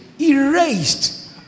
erased